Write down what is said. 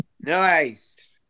Nice